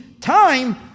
time